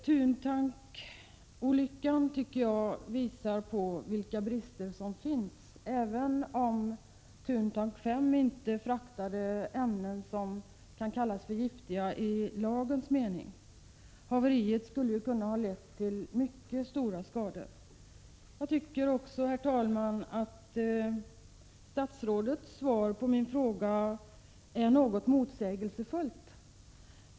Thuntank-olyckan tycker jag visar på vilka brister som finns, även om Thuntank 5 inte fraktade ämnen som kallas giftiga i lagens mening. Haveriet skulle ju ha kunnat leda till mycket stora skador. Jag tycker också, herr talman, att statsrådets svar på min fråga är något motsägelsefullt.